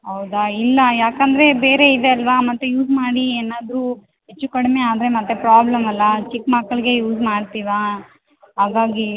ಹೌದಾ ಇಲ್ಲ ಯಾಕೆಂದ್ರೆ ಬೇರೆ ಇದೆ ಅಲ್ವ ಮತ್ತೆ ಯೂಸ್ ಮಾಡಿ ಏನಾದರು ಹೆಚ್ಚು ಕಡಿಮೆ ಆದರೆ ಮತ್ತೆ ಪ್ರಾಬ್ಲಮ್ ಅಲ್ಲ ಚಿಕ್ಕ ಮಕ್ಕಳಿಗೆ ಯೂಸ್ ಮಾಡ್ತೀವಾ ಹಾಗಾಗಿ